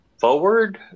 forward